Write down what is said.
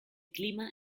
clima